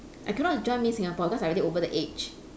I cannot join miss singapore because I already over the age